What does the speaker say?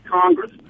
Congress